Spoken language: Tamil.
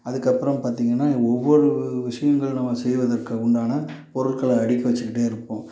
அதுக்கப்புறம் பார்த்தீங்கன்னா ஒவ்வொரு விஷயங்கள நம்ம செய்வதற்கு உண்டான பொருட்களை அடுக்கி வச்சிக்கிட்டே இருப்போம்